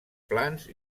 plans